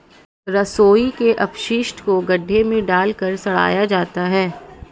रसोई के अपशिष्ट को गड्ढे में डालकर सड़ाया जाता है